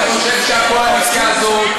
אני חושב שהקואליציה הזאת,